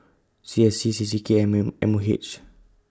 C S C C C K and M M O H